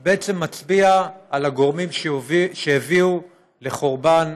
ובעצם מצביע על הגורמים שהביאו לחורבן